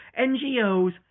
NGOs